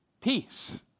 peace